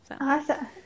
Awesome